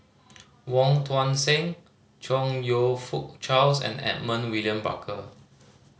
Wong Tuang Seng Chong You Fook Charles and Edmund William Barker